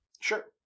Sure